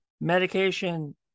medication